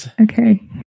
Okay